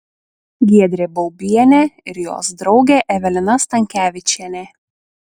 giedrė baubienė ir jos draugė evelina stankevičienė